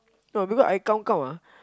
no because I count count ah